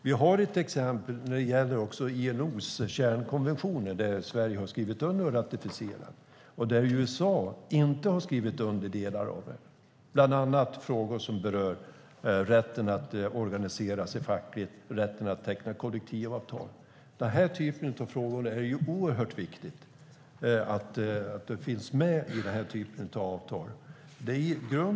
Vi har ett exempel när det gäller ILO:s kärnkonvention som Sverige skrivit under och ratificerat, men USA har inte skrivit under delar av det. Det gäller bland annat frågor som rör rätten att organisera sig fackligt och rätten att teckna kollektivavtal. Det är oerhört viktigt att den typen av frågor finns med i sådana avtal.